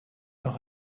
noch